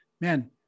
man